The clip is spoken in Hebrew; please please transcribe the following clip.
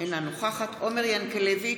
אינה נוכחת עומר ינקלביץ'